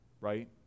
right